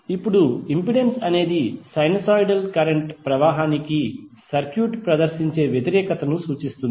ఇప్పుడు ఇంపెడెన్స్ అనేది sinusoidal current ప్రవాహానికి సర్క్యూట్ ప్రదర్శించే వ్యతిరేకతను సూచిస్తుంది